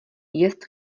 jest